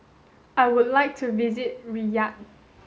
I would like to visit Riyadh